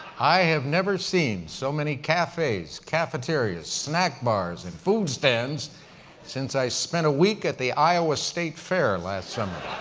i have never seen so many cafes, cafeteria, snack bars and food stands since i spent a week at the iowa state fair last summer.